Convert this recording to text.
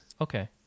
Okay